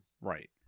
right